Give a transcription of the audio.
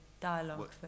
dialogue